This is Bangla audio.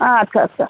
আচ্ছা আচ্ছা